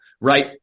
right